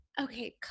okay